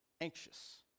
anxious